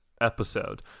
episode